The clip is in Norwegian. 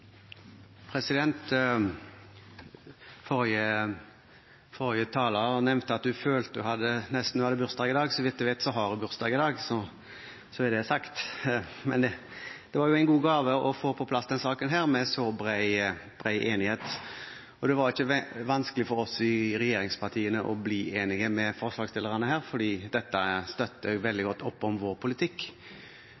nevnte at hun følte hun nesten hadde bursdag i dag. Så vidt jeg vet, har hun bursdag i dag – så er det sagt! Men det var jo en god gave å få på plass denne saken, med så bred enighet. Det var ikke vanskelig for oss i regjeringspartiene å bli enig med forslagsstillerne her, for dette støtter veldig